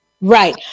right